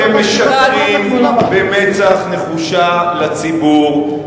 אתם משקרים במצח נחושה לציבור.